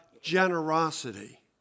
generosity